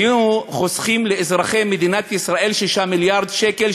היו חוסכים לאזרחי מדינת ישראל 6 מיליארד שקל,